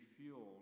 fueled